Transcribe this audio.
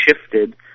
shifted